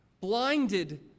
Blinded